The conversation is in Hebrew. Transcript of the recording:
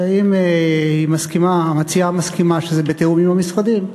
ואם המציעה מסכימה שזה בתיאום עם המשרדים,